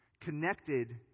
connected